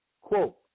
Quote